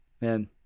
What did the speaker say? man